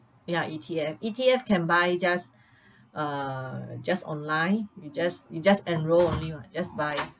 ya E_T_F E_T_F can buy just uh just online you just you just enroll only mah just buy